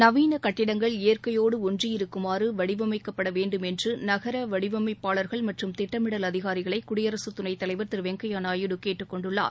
நவீன கட்டடங்கள் இயற்கையோடு ஒன்றியிருக்குமாறு வடிவமைக்கப்பட வேண்டும் என்று நகர வடிவமைப்பாளர்கள் மற்றும் திட்டமிடல் அதிகாரிகளை குடியரசு துணைத் தலைவர் திரு வெங்கைய நாயுடு கேட்டுக்கொண்டுள்ளார்